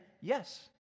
yes